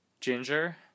Ginger